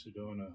Sedona